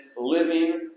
living